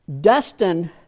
Dustin